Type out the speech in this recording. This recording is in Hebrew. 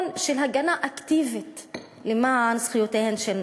של הגנה אקטיבית למען זכויותיהן של נשים,